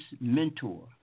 mentor